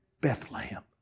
Bethlehem